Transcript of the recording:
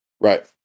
Right